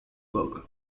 book